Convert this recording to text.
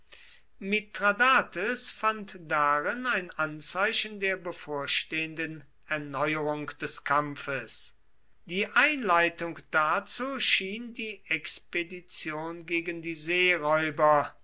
mithradates fand darin ein anzeichen der bevorstehenden erneuerung des kampfes die einleitung dazu schien die expedition gegen die seeräuber